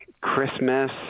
christmas